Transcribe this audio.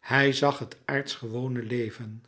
hij zag het aardschgewone leven